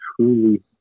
truly